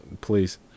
Please